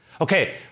Okay